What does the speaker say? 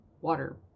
water